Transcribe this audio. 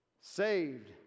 saved